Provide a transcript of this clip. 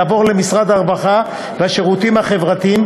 יעבור למשרד הרווחה והשירותים החברתיים,